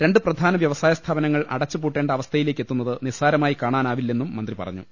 രണ്ട് പ്രധാന വ്യവസായ സ്ഥാപനങ്ങൾ അടച്ചു പൂട്ടേണ്ട അവസ്ഥയിലേക്കെത്തുന്നത് നിസ്സാരമായി കാണാ നാവില്ലെന്ന് മന്ത്രി പറഞ്ഞു